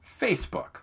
Facebook